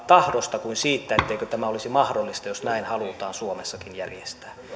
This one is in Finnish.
tahdosta kuin siitä etteikö tämä olisi mahdollista jos näin halutaan suomessakin järjestää